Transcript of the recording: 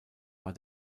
war